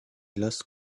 lost